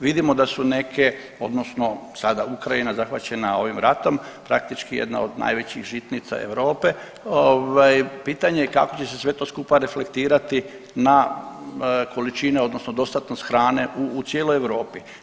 Vidimo da su neke odnosno sada Ukrajina zahvaćena ovim ratom praktički jedna od najvećih žitnica Europe ovaj pitanje je kako će se sve to skupa reflektirati na količine odnosno dostatnost hrane u cijeloj Europi.